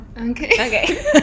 Okay